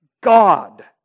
God